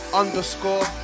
underscore